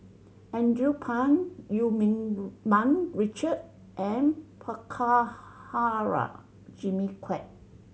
Andrew Phang Eu Meng Mun Richard and Prabhakara Jimmy Quek